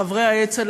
לחברי האצ"ל,